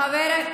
חכה,